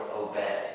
obey